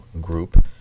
group